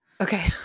Okay